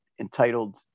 entitled